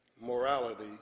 morality